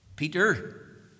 Peter